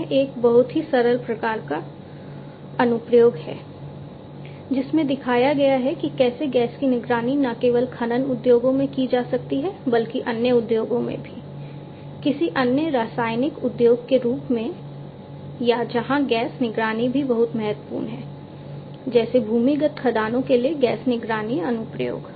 यह एक बहुत ही सरल प्रकार का अनुप्रयोग है जिसमें दिखाया गया है कि कैसे गैस की निगरानी न केवल खनन उद्योगों में की जा सकती है बल्कि अन्य उद्योगों में भी किसी अन्य रासायनिक उद्योग के रूप में या जहाँ गैस निगरानी भी बहुत महत्वपूर्ण है जैसे भूमिगत खदानों के लिए गैस निगरानी अनुप्रयोग